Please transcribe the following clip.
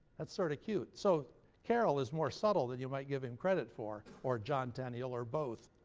that's sort of cute. so carroll is more subtle than you might give him credit for or john tenniel, or both.